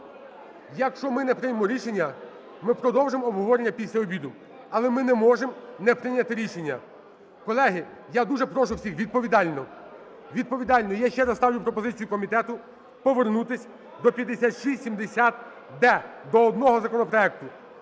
Якщо ми не приймемо рішення, ми продовжимо обговорення після обіду. Але ми не можемо не прийняти рішення. Колеги, я дуже прошу всіх відповідально, відповідально. Я ще раз ставлю пропозицію комітету повернутися до 5679-д до одного законопроекту.